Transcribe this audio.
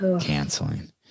canceling